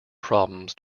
problems